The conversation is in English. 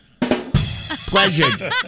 Pleasure